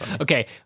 okay